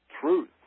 truth